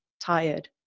tired